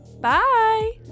bye